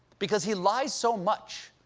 because he lies so much,